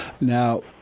Now